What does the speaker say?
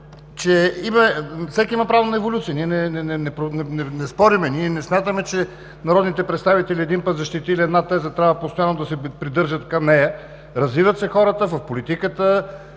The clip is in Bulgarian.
Всеки има право на еволюция, ние не спорим, ние не смятаме, че народните представители, един път защитили една теза, трябва постоянно да се придържат към нея. Развиват се хората в политиката,